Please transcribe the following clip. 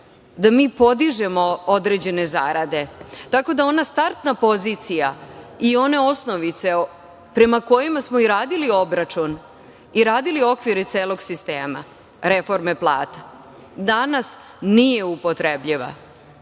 da mi podižemo određene zarade. Tako da ona startna pozicija i one osnovice prema kojima smo i radili obračun i radili okvire celog sistema reforme plata, danas nije upotrebljiva. Iskreno,